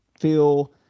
feel